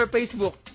Facebook